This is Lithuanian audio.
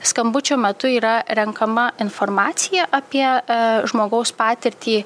skambučio metu yra renkama informacija apie žmogaus patirtį